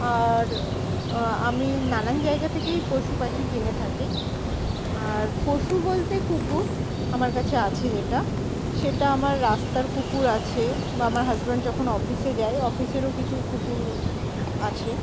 আর আমি নানান জায়গা থেকেই পশু পাখি কিনে থাকি আর পশু বলতে কুকুর আমার কাছে আছে যেটা সেটা আমার রাস্তার কুকুর আছে বা আমার হাজব্যান্ড যখন অফিসে যায় অফিসেরও কিছু কুকুর আছে